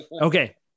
Okay